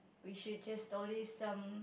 we should just always some